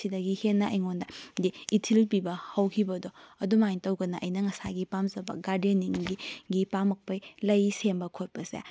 ꯁꯤꯗꯒꯤ ꯍꯦꯟꯅ ꯑꯩꯉꯣꯟꯗꯗꯤ ꯏꯊꯤꯜ ꯄꯤꯕ ꯍꯧꯈꯤꯕꯗꯣ ꯑꯗꯨꯃꯥꯏꯅ ꯇꯧꯗꯅ ꯑꯩꯅ ꯉꯁꯥꯏꯒꯤ ꯄꯥꯝꯖꯕ ꯒꯥꯔꯗꯦꯅꯤꯡꯒꯤ ꯒꯤ ꯄꯥꯝꯃꯛꯄꯩ ꯂꯩ ꯁꯦꯝꯕ ꯈꯣꯠꯄꯁꯦ